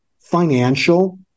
financial